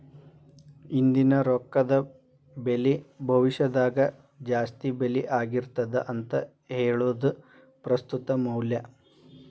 ಇಂದಿನ ರೊಕ್ಕದ ಬೆಲಿ ಭವಿಷ್ಯದಾಗ ಜಾಸ್ತಿ ಬೆಲಿ ಆಗಿರ್ತದ ಅಂತ ಹೇಳುದ ಪ್ರಸ್ತುತ ಮೌಲ್ಯ